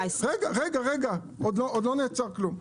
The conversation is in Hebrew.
עוד לא נעצר כלום.